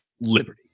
liberty